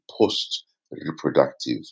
post-reproductive